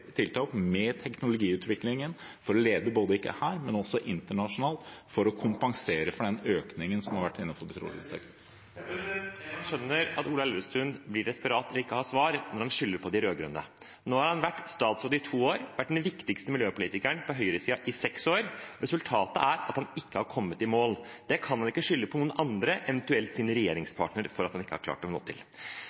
tiltak med teknologiutviklingen for ikke bare å lede her, men også internasjonalt, for å kompensere for den økningen som har vært innenfor petroleumssektoren. Man skjønner at Ola Elvestuen blir desperat og ikke har svar, når han skylder på de rød-grønne. Nå har han vært statsråd i to år, og han har vært den viktigste miljøpolitikeren på høyresiden i seks år. Resultatet er at han ikke har kommet i mål. Det kan han ikke skylde på noen andre enn eventuelt sine regjeringspartnere for at han ikke har klart.